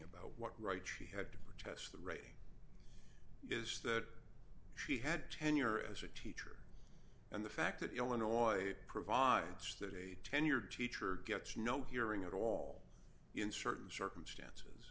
about what right she had to protest the rating is that she had tenure as a teacher and the fact that illinois provides that a tenured teacher gets no hearing at all in certain circumstances